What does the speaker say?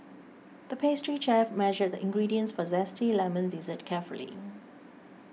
the pastry chef measured the ingredients for a Zesty Lemon Dessert carefully